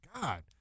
God